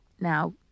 Now